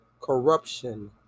corruption